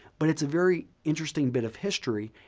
but it's a very interesting bit of history.